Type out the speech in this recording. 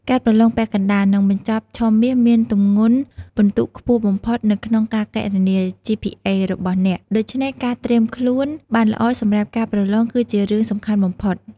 ការប្រឡងពាក់កណ្តាល និងបញ្ចប់ឆមាសមានទម្ងន់ពិន្ទុខ្ពស់បំផុតនៅក្នុងការគណនា ជីភីអេ របស់អ្នក។ ដូច្នេះ ការត្រៀមខ្លួនបានល្អសម្រាប់ការប្រឡងគឺជារឿងសំខាន់បំផុត។